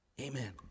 Amen